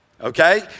Okay